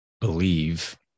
Believe